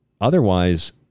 Otherwise